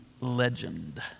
legend